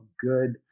good